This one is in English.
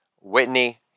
Whitney